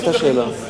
מה היתה השאלה?